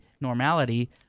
normality